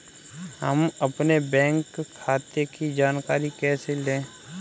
हम अपने बैंक खाते की जानकारी कैसे लें?